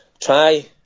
Try